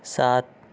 سات